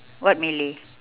what malay